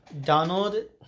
Donald